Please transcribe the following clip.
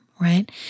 Right